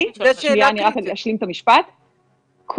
כל